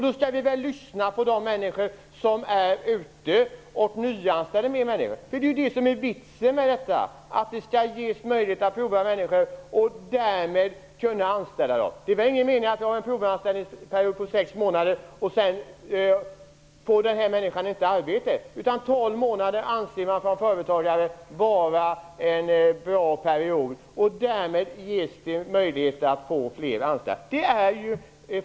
Vi skall väl lyssna på de människor som nyanställer. Det är vitsen med det hela, det skall ges möjlighet att prova människor och därefter anställa. Det var ingen mening med en provanställningsperiod på sex månader som sedan inte ger anställning. Tolv månader anser man från företagare vara en bra period. Därmed ges de möjligheter att anställa fler.